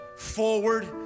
forward